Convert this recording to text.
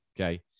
Okay